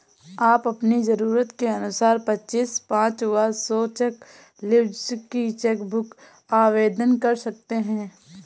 आप अपनी जरूरत के अनुसार पच्चीस, पचास व सौ चेक लीव्ज की चेक बुक आवेदन कर सकते हैं